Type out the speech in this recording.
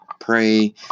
pray